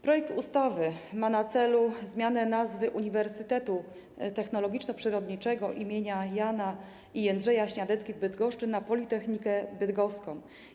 Projekt ustawy ma na celu zmianę nazwy Uniwersytetu Technologiczno-Przyrodniczego im. Jana i Jędrzeja Śniadeckich w Bydgoszczy na: Politechnika Bydgoska.